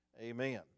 amen